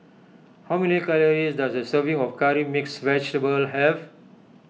how many calories does a serving of Curry Mixed Vegetable have